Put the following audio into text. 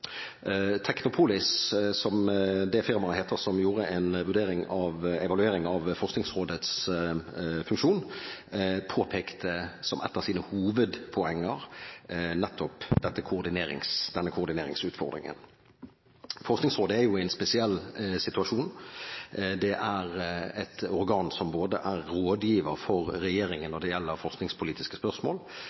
Technopolis, som er firmaet som gjorde en evaluering av Forskningsrådets funksjon, påpekte som et av sine hovedpoenger nettopp denne koordineringsutfordringen. Forskningsrådet er i en spesiell situasjon. Det er et organ som er rådgiver for regjeringen når det gjelder forskningspolitiske spørsmål,